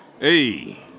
Hey